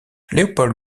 leopold